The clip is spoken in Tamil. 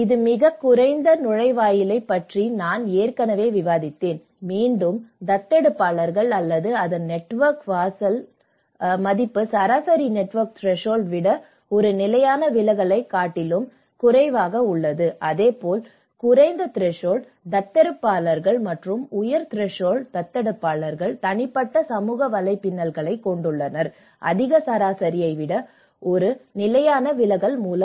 இந்த மிகக் குறைந்த நுழைவாயிலைப் பற்றி நான் ஏற்கனவே விவாதித்தேன் மீண்டும் தத்தெடுப்பவர்கள் அல்லது அதன் நெட்வொர்க் வாசல் மதிப்பு சராசரி நெட்வொர்க் த்ரெஷோள்ட் விட ஒரு நிலையான விலகலைக் காட்டிலும் குறைவாக உள்ளது அதேபோல் குறைந்த த்ரெஷோள்ட் தத்தெடுப்பாளர்கள் மற்றும் உயர் த்ரெஷோள்ட் தத்தெடுப்பாளர்கள் தனிப்பட்ட சமூக வலைப்பின்னலைக் கொண்டுள்ளனர் அதிக சராசரியை விட ஒரு நிலையான விலகல் மூலம்